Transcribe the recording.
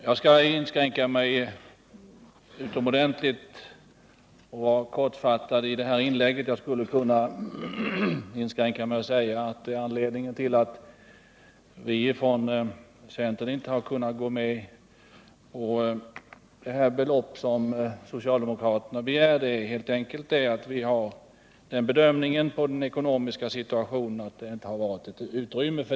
Jag skall vara mycket kortfattad i detta inlägg. Jag skulle kunna inskränka mig till att säga att anledningen till att vi från centern inte har kunnat gå med på det belopp som socialdemokraterna begär helt enkelt är att vi anser att det inte finns ekonomiskt utrymme härför just nu.